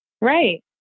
Right